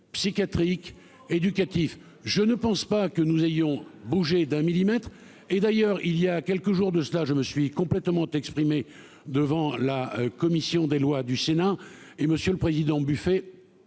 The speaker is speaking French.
psychiatriques éducatif, je ne pense pas que nous ayons bougé d'un millimètre et d'ailleurs il y a quelques jours de cela, je me suis complètement exprimée devant la commission des lois du Sénat et Monsieur le Président, buffet